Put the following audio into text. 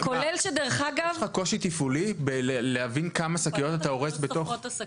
על משלוח זה שאורז יכול לדעת בדיוק כמה שקיות.